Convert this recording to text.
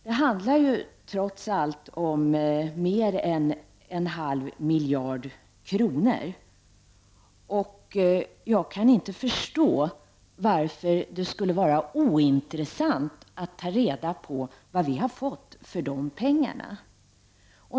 Det handlar ju trots allt om mer än en halv miljard kronor, och jag kan inte förstå varför det skulle vara ointressant att ta reda på vad vi har fått för de pengarna.